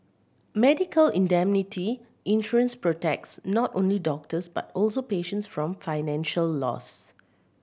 medical indemnity insurance protects not only doctors but also patients from financial loss